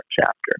chapter